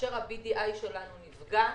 כאשר ה-BDI שלנו נפגע,